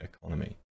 economy